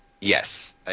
yes